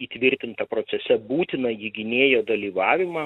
įtvirtintą procese būtinąjį gynėjo dalyvavimą